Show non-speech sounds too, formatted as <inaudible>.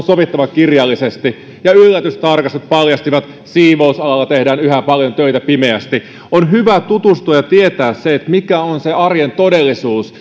<unintelligible> sovittava kirjallisesti ja yllätystarkastukset paljastivat siivousalalla tehdään yhä paljon töitä pimeästi on hyvä tutustua ja tietää se mikä on se arjen todellisuus <unintelligible>